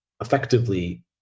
effectively